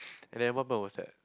and then what happened was that